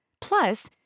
Plus